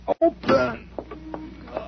Open